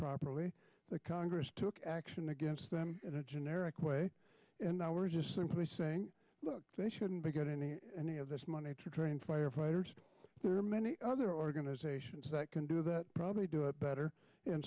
improperly the congress took action against them in a generic way and now we're just simply saying look they shouldn't get any any of this money to train firefighters there are many other organizations that can do that probably do it better and